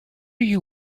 you